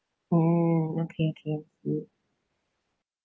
mm okay okay that's good